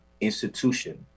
institution